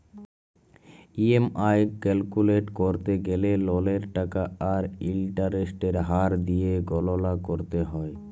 EMI calculate ক্যরতে গ্যালে ললের টাকা আর ইলটারেস্টের হার দিঁয়ে গললা ক্যরতে হ্যয়